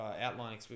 outline